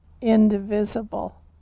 indivisible